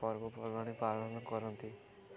ପର୍ବପର୍ବାଣି ପାଳନ କରନ୍ତି